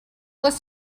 list